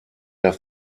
der